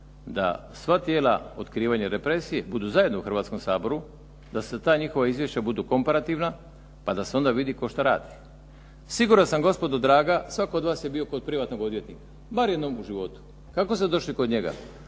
da sva tijela otkrivanja represije budu zajedno u Hrvatskom saboru, da ta njihova izvješća budu komparativna pa da se onda vidi tko što radi. Siguran sam gospodo draga, svatko od vas je bio kod privatnog odvjetnika bar jednom u životu. Kako ste došli kod njega?